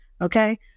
Okay